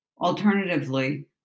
Alternatively